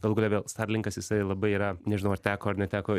galų gale vėl starlinkas jisai labai yra nežinau ar teko ar neteko